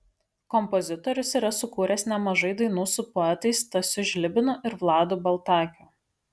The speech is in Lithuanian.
kompozitorius yra sukūręs nemažai dainų su poetais stasiu žlibinu ir vladu baltakiu